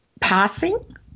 passing